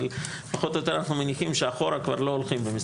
אבל פחות או יותר אנחנו מעריכים שאחורה כבר לא הולכים.